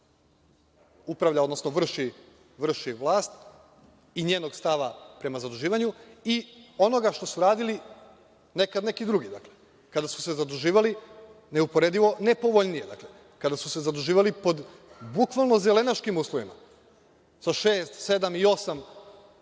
ova Vlada vrši vlast i njenog stava prema zaduživanju i onoga što su radili nekad neki drugi, kada su se zaduživali neuporedivo nepovoljnije, kada su se zaduživali pod bukvalno zelenaškim uslovima, sa šest, sedam i osam